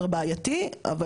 זה כאמור נמצא בעתירה,